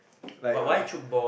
like uh